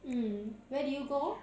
mm where did you go